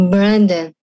Brandon